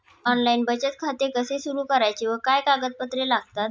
Online बचत खाते कसे सुरू करायचे व काय कागदपत्रे लागतात?